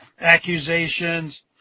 accusations